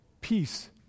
peace